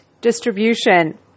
distribution